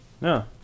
No